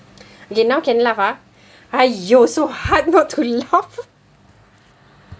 ya now can laugh ah !aiyo! so hard not too laugh